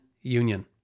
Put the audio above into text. union